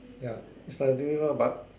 ya is like doing well but